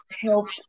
helped